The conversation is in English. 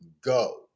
go